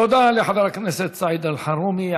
תודה לחבר הכנסת סעיד אלחרומי.